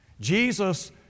Jesus